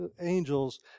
angels